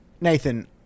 Nathan